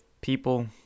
people